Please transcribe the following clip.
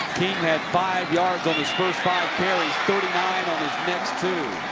had five yards on his first five carries. thirty nine on his next two.